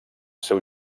seu